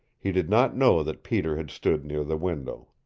he did not know that peter had stood near the window.